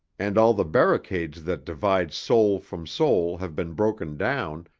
and all the barricades that divide soul from soul have been broken down,